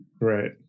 Right